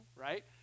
right